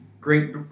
Great